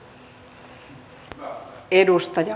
arvoisa puhemies